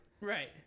Right